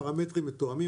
הפרמטרים מתואמים,